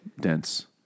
dense